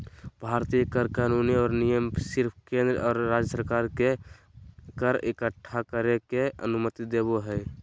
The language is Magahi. भारतीय कर कानून और नियम सिर्फ केंद्र और राज्य सरकार के कर इक्कठा करे के अनुमति देवो हय